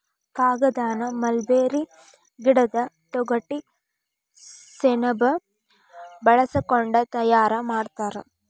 ಕಾಗದಾನ ಮಲ್ಬೇರಿ ಗಿಡದ ತೊಗಟಿ ಸೆಣಬ ಬಳಸಕೊಂಡ ತಯಾರ ಮಾಡ್ತಾರ